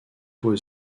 was